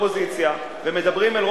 גם לאופוזיציה וגם להצעת חוק שנוגדת